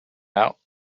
out